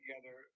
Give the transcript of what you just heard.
together